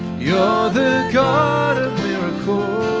you know the god of miracles